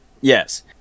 Yes